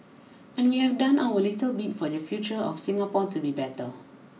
and we have done our little bit for the future of Singapore to be better